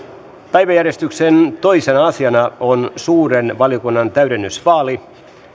päiväjärjestyksen toisena asiana on suuren valiokunnan täydennysvaali